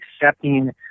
accepting